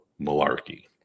malarkey